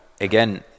again